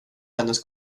hennes